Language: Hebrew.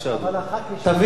תביא קמע.